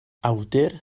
awdur